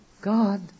God